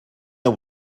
the